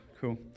Cool